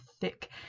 thick